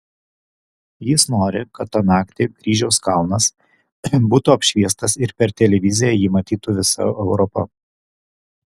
jis nori kad tą naktį kryžiaus kalnas būtų apšviestas ir per televiziją jį matytų visa europa